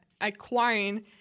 acquiring